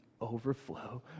overflow